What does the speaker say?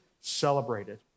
celebrated